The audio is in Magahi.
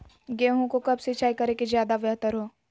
गेंहू को कब सिंचाई करे कि ज्यादा व्यहतर हो?